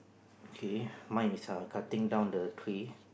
okay mine is err cutting down the tree